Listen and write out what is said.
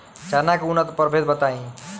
चना के उन्नत प्रभेद बताई?